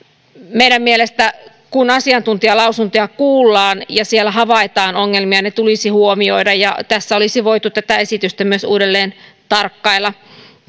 meidän mielestämme silloin kun asiantuntijalausuntoja kuullaan ja siellä havaitaan ongelmia ne tulisi huomioida ja tässä olisi voitu tätä esitystä myös uudelleen tarkkailla